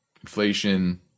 inflation